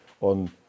on